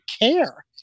care